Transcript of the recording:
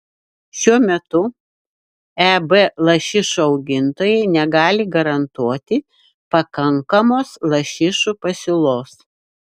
šiuo metu eb lašišų augintojai negali garantuoti pakankamos lašišų pasiūlos